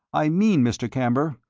i mean, mr. camber,